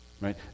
right